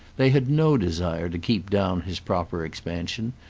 they had no desire to keep down his proper expansion,